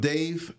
Dave